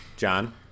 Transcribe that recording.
John